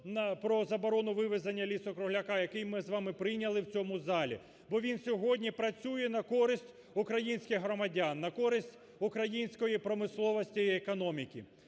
про заборону вивезення лісу-кругляка, який ми з вами прийняли в цьому залі. Бо він сьогодні працює на користь українських громадян, на користь української промисловості і економіки.